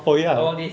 oh ya hor